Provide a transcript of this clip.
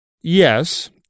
yes